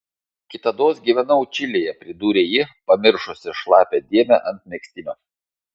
kitados gyvenau čilėje pridūrė ji pamiršusi šlapią dėmę ant megztinio